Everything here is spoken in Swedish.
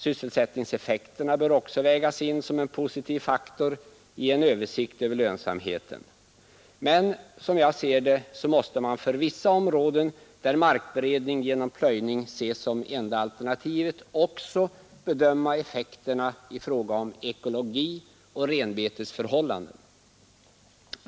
Sysselsättningseffekterna bör också vägas in som en positiv faktor i en översikt över lönsamheten. Som jag ser det, måste man för vissa områden, där markberedning genom plöjning ses som det enda alternativet, också bedöma effekterna i fråga om ekologi och renbetesförhållanden.